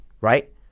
right